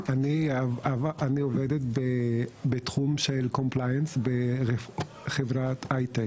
אני עובדת בתחום של קומפליינס, בחברת הייטק.